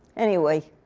anyway,